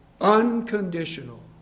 unconditional